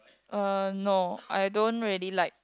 uh no I don't really like